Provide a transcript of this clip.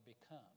become